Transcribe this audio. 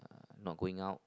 not going out